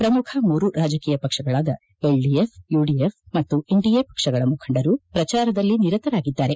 ಪ್ರಮುಖ ಮೂರು ರಾಜಕೀಯ ಪಕ್ಷಗಳಾದ ಎಲ್ಡಿಎಫ್ ಯುಡಿಎಫ್ ಮತ್ತು ಎನ್ಡಿಎ ಪಕ್ಷಗಳ ಮುಖಂಡರು ಪ್ರಚಾರದಲ್ಲಿ ನಿರತರಾಗಿದ್ದಾರೆ